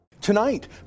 Tonight